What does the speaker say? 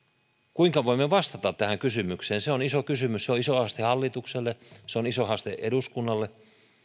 kuinka voimme vastata tähän kysymykseen se on iso kysymys se on iso haaste hallitukselle se on iso haaste eduskunnalle